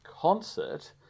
concert